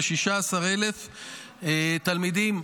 כ-16,000 תלמידים,